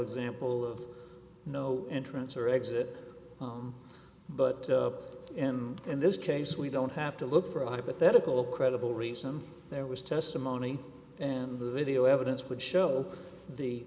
example of no entrance or exit but in in this case we don't have to look for a hypothetical credible reason there was testimony and the video evidence would show the